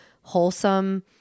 wholesome